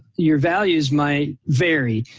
your values might vary.